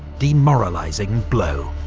demoralising blow.